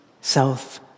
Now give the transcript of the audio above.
south